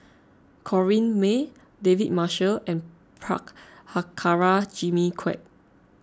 Corrinne May David Marshall and Prabhakara Jimmy Quek